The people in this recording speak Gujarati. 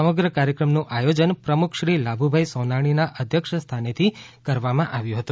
સમગ્ર કાર્યક્રમનું આયોજન પ્રમુખશ્રી લાભુભાઈ સોનાણીનાં અધ્યક્ષ સ્થાનેથી કરવામાં આવ્યું હતું